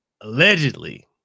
allegedly